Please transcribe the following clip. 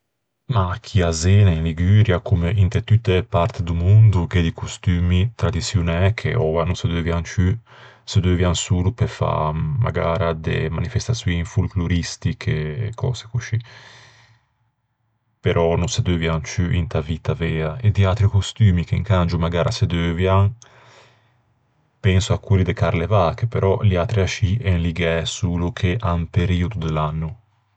Mah, chì à Zena, in Liguria, comme inte tutte e parte do mondo, gh'é di costummi tradiçionæ che oua no se deuvian ciù. Se deuvian solo pe fâ magara de manifestaçioin folcloristiche, e cöse coscì, però no se deuvian ciù inta vitta vea. E di atri costummi che incangio magara se deuvian, penso à quelli de carlevâ, che però liatri ascì en ligæ solo à un periodo de l'anno.